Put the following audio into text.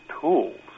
tools